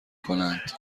کنند